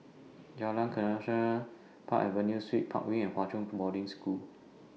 Jalan Park Avenue Suites Park Wing and Hwa Chong Boarding School